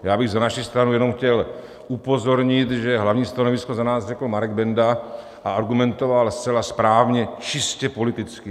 Já bych za naši stranu jenom chtěl upozornit, že hlavní stanovisko za nás řekl Marek Benda a argumentoval zcela správně čistě politicky.